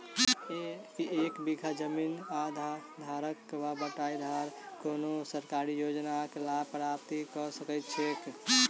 की एक बीघा जमीन धारक वा बटाईदार कोनों सरकारी योजनाक लाभ प्राप्त कऽ सकैत छैक?